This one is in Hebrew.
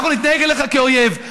אנחנו נתנהג אליך כאויב.